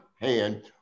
hand